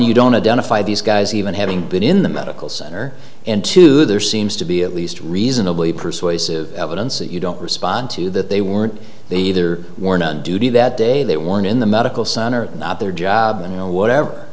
you don't identify these guys even having been in the medical center and two there seems to be at least reasonably persuasive evidence that you don't respond to that they weren't they either weren't on duty that day that one in the medical center not their job and whatever